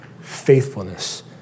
faithfulness